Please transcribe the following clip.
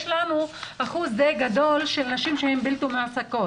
יש לנו אחוז די גדול של נשים שהן בלתי מועסקות